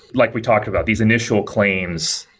like we talked about, these initial claims,